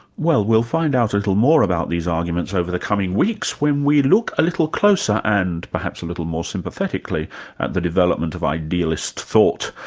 well, we'll find out a little more about these arguments over the coming weeks, when we look a little closer and perhaps a little more sympathetically at the development of idealist thought.